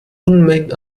unmengen